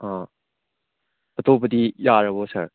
ꯑꯥ ꯑꯇꯣꯞꯄꯗꯤ ꯌꯥꯔꯕꯣ ꯁꯥꯔ